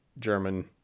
German